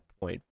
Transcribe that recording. point